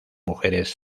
mujeres